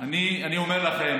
אני אומר לכם,